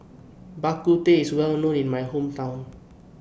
Bak Kut Teh IS Well known in My Hometown